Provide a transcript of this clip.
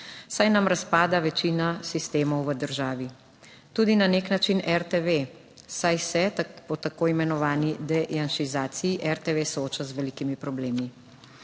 saj nam razpada večina sistemov v državi. Tudi na nek način RTV, saj se po tako imenovani dejanšizaciji RTV sooča z velikimi problemi.